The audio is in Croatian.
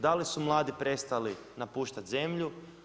Da li su mladi prestali napuštati zemlju?